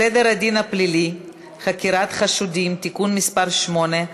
סדר הדין הפלילי (חקירת חשודים) (תיקון מס' 8),